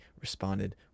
responded